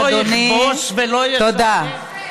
"ואיש לא יכבוש ולא" תודה רבה.